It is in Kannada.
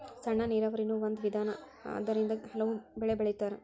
ಸಣ್ಣ ನೇರಾವರಿನು ಒಂದ ವಿಧಾನಾ ಅದರಿಂದ ಹಲವು ಬೆಳಿ ಬೆಳಿತಾರ